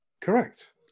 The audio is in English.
Correct